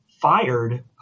fired